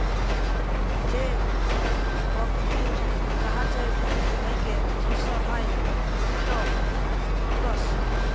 যে পকিতির গাহাচের বীজ থ্যাইকে শস্য হ্যয় সেট ওটস